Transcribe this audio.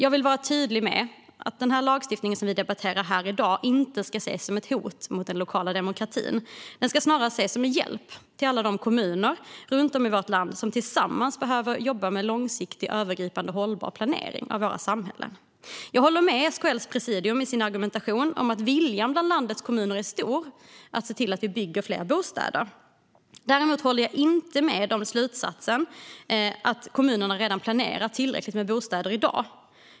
Jag vill vara tydlig med att den lagstiftning som vi debatterar här i dag inte ska ses som ett hot mot den lokala demokratin. Den ska snarare ses som en hjälp till alla de kommuner runt om i vårt land som tillsammans behöver jobba med långsiktig, övergripande och hållbar planering av våra samhällen. Jag håller med SKL:s presidium i deras argumentation om att viljan är stor bland landets kommuner att se till att vi bygger fler bostäder. Däremot håller jag inte med om slutsatsen att kommunerna redan i dag planerar tillräckligt med bostäder.